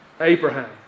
Abraham